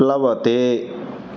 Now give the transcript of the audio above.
प्लवते